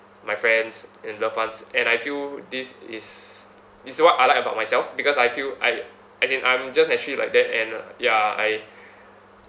my friends and loved ones and I feel this is this is what I like about myself because I feel I as in I'm just naturally like that and uh ya I